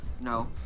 No